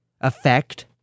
effect